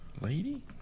Lady